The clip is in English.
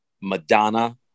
Madonna